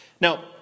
Now